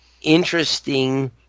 interesting